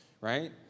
right